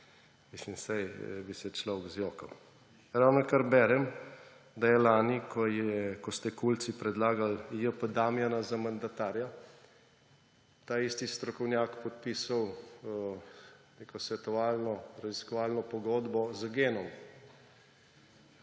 Mislim, saj bi se človek zjokal. Ravnokar berem, da je lani, ko ste Kulci predlagali J. P. Damjana za mandatarja, taisti strokovnjak podpisal neko svetovalno-raziskovalno pogodbo z Genom.